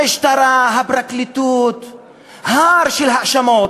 המשטרה, הפרקליטות, הר של האשמות: